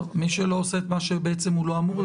מי לא עושה את מה שבעצם הוא לא אמור לעשות.